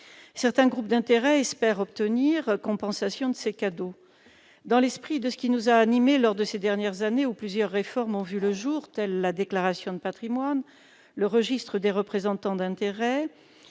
Certains groupes d'intérêts espèrent obtenir compensation de ces cadeaux. Dans l'esprit de ce qui nous a animés lors des dernières années où plusieurs réformes ont vu le jour, comme la déclaration de patrimoine et le registre des représentants d'intérêts,